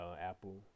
apple